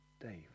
Dave